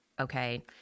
okay